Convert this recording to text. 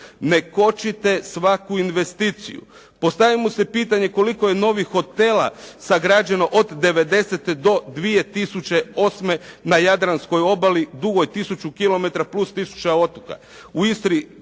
ne kočite svaku investiciju, postavimo si pitanje koliko je novih hotela sagrađeno od 90-te do 2008. na jadranskoj obali dugoj 1000 km plus 1000 otoka. U Istri,